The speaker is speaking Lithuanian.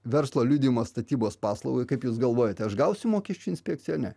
verslo liudijimą statybos paslaugai kaip jūs galvojate aš gausiu mokesčių inspekcijoj ar ne